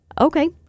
Okay